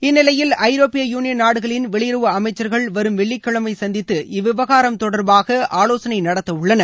இந்நிலையில் ஐரோப்பிய யூனியன் நாடுகளின் வெளியுறவு அமைச்சர்கள் வரும் வெள்ளிக்கிழமை சந்தித்து இவ்விவகாரம் தொடர்பாக ஆலோசனை நடத்த உள்ளனர்